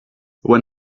when